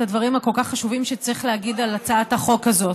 הדברים הכל-כך חשובים שצריך להגיד על הצעת החוק הזאת.